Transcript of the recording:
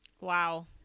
Wow